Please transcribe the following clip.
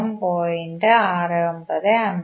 539 0